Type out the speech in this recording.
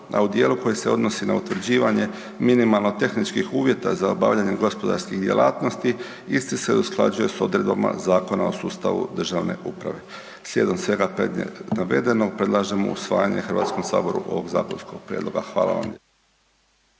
A u dijelu koji se odnosi na utvrđivanje minimalno tehničkih uvjeta za obavljanje gospodarskih djelatnosti, isti se usklađuje s odredbama Zakona o sustavu državne uprave. Slijedom svega … navedenog predlažemo usvajanje HS-u ovog zakonskog prijedloga. Hvala vam